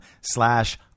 slash